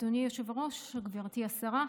אדוני היושב-ראש, גברתי השרה,